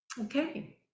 Okay